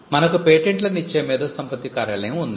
మనకు పేటెంట్లను ఇచ్చే మేధో సంపత్తి కార్యాలయం ఉంది